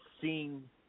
seeing